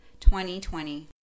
2020